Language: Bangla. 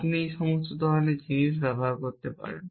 আপনি এই সমস্ত ধরণের জিনিস করতে পারেন